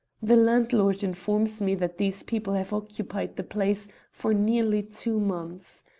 the landlord informs me that these people have occupied the place for nearly two months.